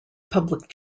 public